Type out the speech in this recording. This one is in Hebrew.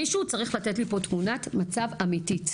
מישהו פה צריך לתת לי תמונת מצב אמיתית,